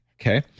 Okay